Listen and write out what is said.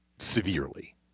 severely